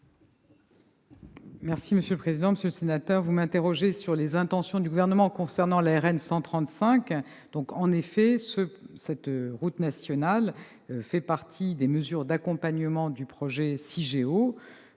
Monsieur le sénateur Gérard Longuet, vous m'interrogez sur les intentions du Gouvernement concernant la RN 135. En effet, cette route nationale fait partie des mesures d'accompagnement du projet Cigéo.